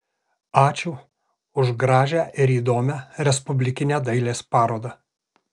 ačiū už gražią ir įdomią respublikinę dailės parodą